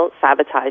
sabotage